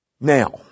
Now